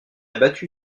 battu